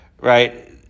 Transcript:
right